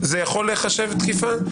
זה יכול להיחשב תקיפה.